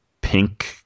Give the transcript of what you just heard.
pink